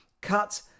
cut